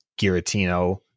Giratino